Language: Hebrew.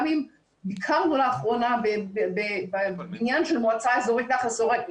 גם אם ביקרנו לאחרונה בבניין של מועצה אזורית נחל שורק.